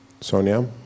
Sonia